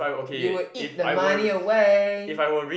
you would eat the money away